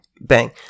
bang